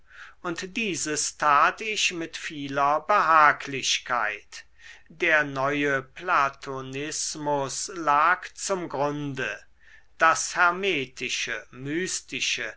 und dieses tat ich mit vieler behaglichkeit der neue platonismus lag zum grunde das hermetische